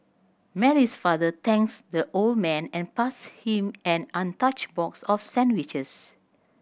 Mary's father thanks the old man and passed him an untouched box of sandwiches